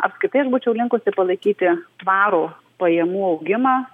apskritai aš būčiau linkusi palaikyti tvarų pajamų augimą